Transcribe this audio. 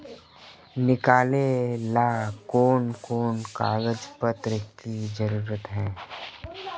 निकाले ला कोन कोन कागज पत्र की जरूरत है?